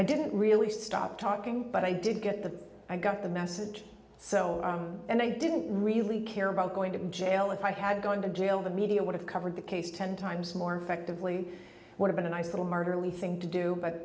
i didn't really stop talking but i did get the i got the message so and i didn't really care about going to jail if i had going to jail the media would have covered the case ten times more effectively would have a nice little murder lee thing to do but